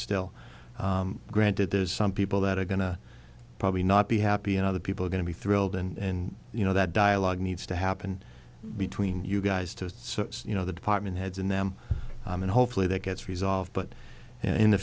still granted there's some people that are going to probably not be happy and other people are going to be thrilled and you know that dialogue needs to happen between you guys to you know the department heads and them and hopefully that gets resolved but in the